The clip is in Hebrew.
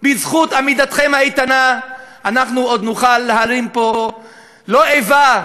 בזכות עמידתכם האיתנה אנחנו עוד נוכל להרים פה לא איבה,